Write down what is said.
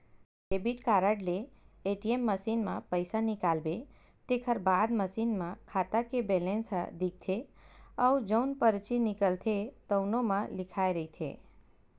debit card ले ATM machine म पइसा निकालबे तेखर बाद मसीन म खाता के बेलेंस ह दिखथे अउ जउन परची निकलथे तउनो म लिखाए रहिथे